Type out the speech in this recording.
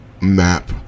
map